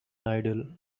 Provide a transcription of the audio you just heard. idol